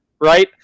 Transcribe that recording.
right